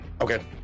okay